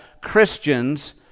Christians